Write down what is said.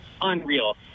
Unreal